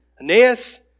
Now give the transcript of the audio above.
Aeneas